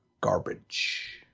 garbage